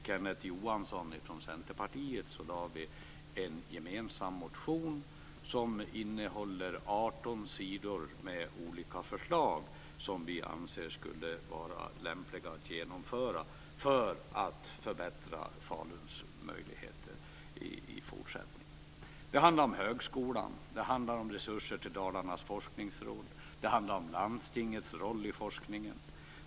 Kenneth Johansson från Centerpartiet väckte en gemensam motion som innehåller 18 sidor med olika förslag som vi anser skulle vara lämpliga att genomföra för att förbättra Faluns möjligheter i fortsättningen. Det handlar om högskolan. Det handlar om resurser till Dalarnas forskningsråd. Det handlar om landstingets roll i forskningen.